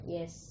Yes